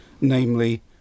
namely